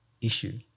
issue